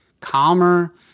calmer